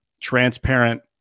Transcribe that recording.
transparent